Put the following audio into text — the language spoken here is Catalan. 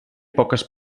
poques